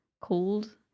cold